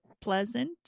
pleasant